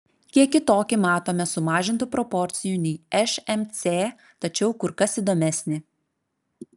kiek kitokį matome sumažintų proporcijų nei šmc tačiau kur kas įdomesnį